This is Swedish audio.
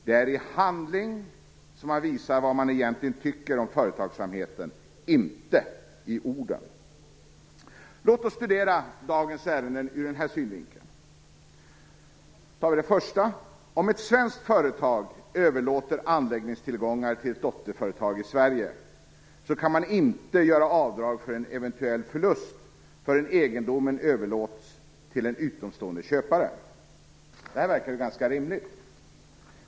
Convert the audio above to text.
Det är i handling som man visar vad man egentligen tycker om företagsamheten, inte i orden! Låt oss studera dagens ärenden ur den här synvinkeln. Om ett svenskt företag överlåter anläggningstillgångar till ett dotterföretag i Sverige, kan man inte göra avdrag för eventuell förlust förrän egendomen överlåts till en utomstående köpare. Detta verkar ganska rimligt.